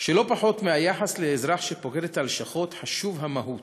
שלא פחות מהיחס לאזרח הפוקד את הלשכות, חשוב מאוד,